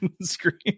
screen